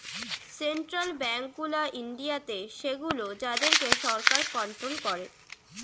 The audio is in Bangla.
সেন্ট্রাল বেঙ্ক গুলা ইন্ডিয়াতে সেগুলো যাদের কে সরকার কন্ট্রোল করে